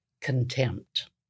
contempt